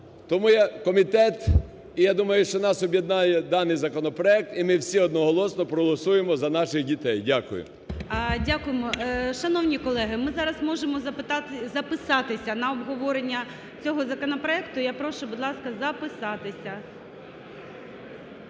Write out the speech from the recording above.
Тому комітет, і я думаю, що нас об'єднає даний законопроект, і ми всі одноголосно проголосуємо за наших дітей. Дякую. ГОЛОВУЮЧИЙ. Дякуємо. Шановні колеги, ми зараз можемо записатися на обговорення цього законопроекту. Я прошу, будь ласка, записатися